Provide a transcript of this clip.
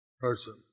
person